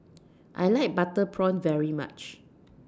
I like Butter Prawn very much